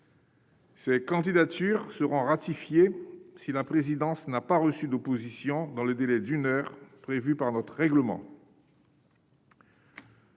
Ces candidatures seront ratifiées si la présidence n'a pas reçu d'opposition dans le délai d'une heure prévue par notre règlement.